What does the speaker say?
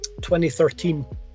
2013